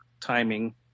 timing